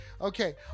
okay